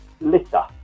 litter